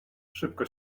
szybko